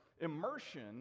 immersion